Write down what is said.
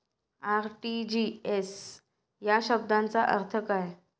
RTGS या शब्दाचा अर्थ काय?